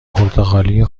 پرتغالی